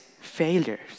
failures